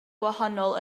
gwahanol